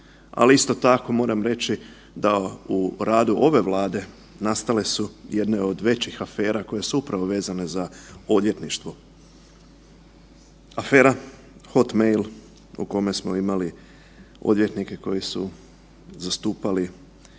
Ali isto tako moram reći da u radu ove Vlade nastale su jedne od većih afera koje su upravo vezane za odvjetništvo. Afera hot mail o kome smo imali odvjetnike koji su zastupali